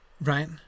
right